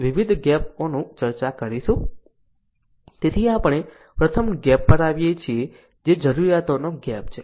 તેથી આપણે પ્રથમ ગેપ પર આવીએ છીએ જે જરૂરીયાતોનો ગેપ છે